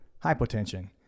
hypotension